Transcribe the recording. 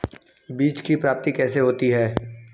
बीज की प्राप्ति कैसे होती है?